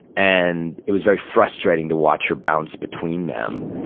and, it was very frustrating to watch her bounce between them.